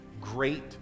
great